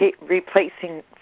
replacing